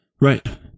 right